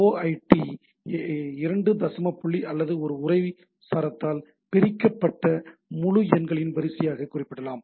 OID ஐ 2 தசமப் புள்ளி அல்லது ஒரு உரைச் சரத்தால் பிரிக்கப்பட்ட முழு எண்களின் வரிசையாகக் குறிப்பிடலாம்